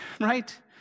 right